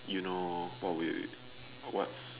you know what we what